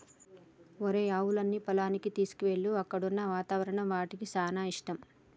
ఒరేయ్ ఆవులన్నీ పొలానికి తీసుకువెళ్ళు అక్కడున్న వాతావరణం వాటికి సానా ఇష్టం